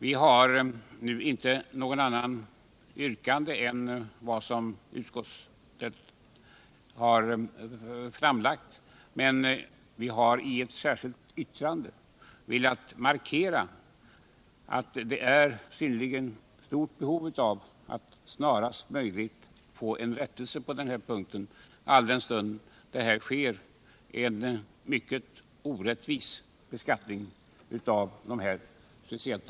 Vi har inget annat yrkande än det som framkommit i utskottet, men i ett särskilt yttrande har vi velat markera att det föreligger ett synnerligen stort behov av att snarast möjligt få en rättelse till stånd på denna punkt, alldenstund här sker en orättvis beskattning. Herr talman!